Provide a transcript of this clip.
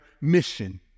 mission